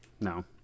No